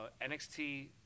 NXT